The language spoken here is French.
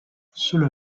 cela